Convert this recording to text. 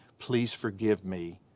please forgive me.